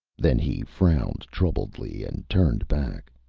then he frowned troubledly and turned back.